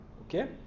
okay